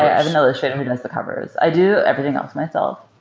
i've been illustrating the covers. i do everything else myself.